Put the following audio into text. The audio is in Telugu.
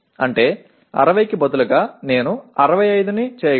అంటే 60 కి బదులుగా నేను 65 ని చేయగలను